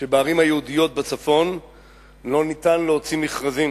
שבערים היהודיות בצפון לא ניתן להוציא מכרזים?